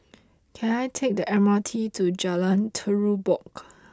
can I take the M R T to Jalan Terubok